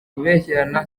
kubeshyerana